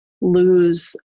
lose